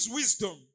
wisdom